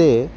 ते